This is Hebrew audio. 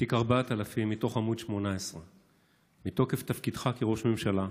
תיק 4000, מתוך עמ' 18. "מתוקף תפקידך כראש ממשלה,